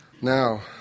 Now